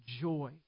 joy